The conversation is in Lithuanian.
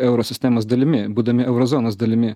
euro sistemos dalimi būdami euro zonos dalimi